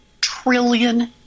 trillion